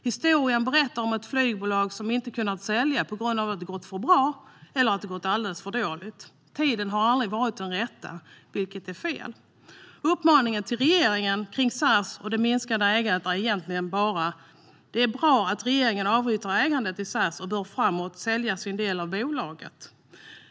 Historien berättar om ett flygbolag som inte kunnat säljas på grund av att det gått för bra eller gått alldeles för dåligt. Tiden har aldrig varit den rätta, vilket är fel. Det är bra att regeringen avyttrar ägande i SAS. Uppmaningen till regeringen är att framdeles sälja statens del av bolaget.